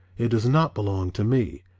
it does not belong to me,